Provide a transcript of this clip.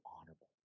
honorable